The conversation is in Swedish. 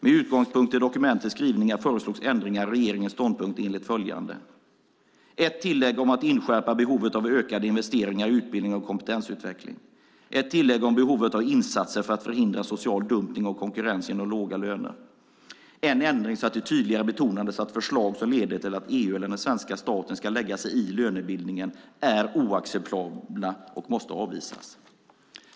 Med utgångspunkt i dokumentets skrivningar föreslogs ändringar i regeringens ståndpunkt enligt följande: Ett tillägg om att inskärpa behovet av ökade investeringar i utbildning och kompetensutveckling, ett tillägg om behovet av insatser för att förhindra social dumpning och konkurrens genom låga löner samt en ändring så att det tydligare betonas att förslag som leder till att EU, eller den svenska staten, ska lägga sig i lönebildningen är oacceptabla och måste avvisas.